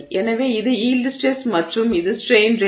எனவே இது yield stress மற்றும் இது ஸ்ட்ரெய்ன் ரேட்